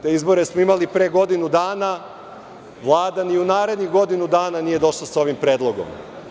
Te izbore smo imali pre godinu dana, a Vlada ni u narednih godinu dana nije došla sa ovim predlogom.